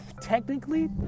technically